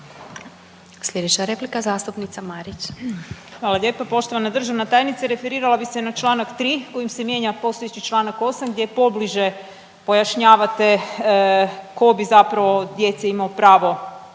Slijedeća replika zastupnica Marić. **Marić, Andreja (SDP)** Hvala lijepo. Poštovana državna tajnice, referirala bi se na čl. 3. kojim se mijenja postojeći čl. 8. gdje pobliže pojašnjavate ko bi zapravo od djece imao pravo